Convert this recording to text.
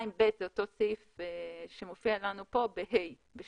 2(ב) הוא אותו סעיף שמופיע לנו כאן ב-2(ה).